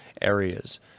areas